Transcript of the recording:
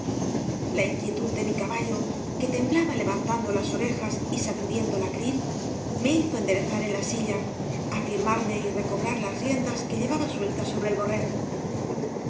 la inquietud de mi caballo que temblaba levantando las orejas y sacudiendo la crin me hizo enderezar en la silla afirmarme y recobrar las riendas que llevaba sueltas sobre el borrén